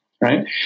right